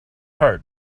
heart